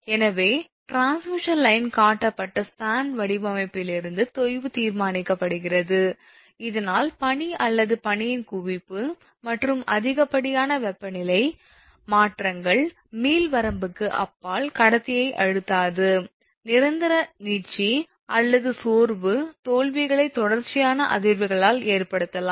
எனவே transmission line கட்டப்பட்ட span வடிவமைப்பிலிருந்து தொய்வு தீர்மானிக்கப்படுகிறது இதனால் பனி அல்லது பனியின் குவிப்பு மற்றும் அதிகப்படியான வெப்பநிலை மாற்றங்கள் மீள் வரம்புக்கு அப்பால் கடத்தியை அழுத்தாது நிரந்தர நீட்சி அல்லது சோர்வு தோல்விகளை தொடர்ச்சியான அதிர்வுகளால் ஏற்படுத்தலாம்